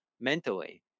mentally